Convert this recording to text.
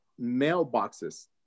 mailboxes